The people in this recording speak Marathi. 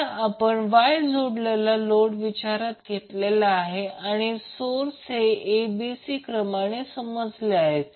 आत्ता आपण Y जोडलेला लोड विचारात घेतलेला आहे आणि सोर्स हे a b c क्रमाने समजले आहेत